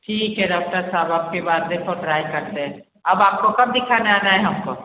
ठीक है डॉक्टर साहब अब के बार देखो ट्राय करते हैं अब आप को कब दिखाने आना है हम को